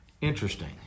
Interesting